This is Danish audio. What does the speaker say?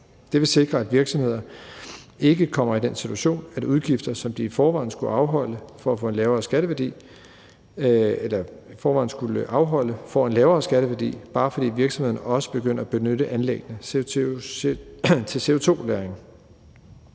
Det vil sikre, at virksomheder ikke kommer i den situation, at udgifter, som de i forvejen skulle afholde, får en lavere skatteværdi, bare fordi virksomhederne også begynder at benytte anlæggene til CO2-lagring.